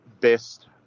best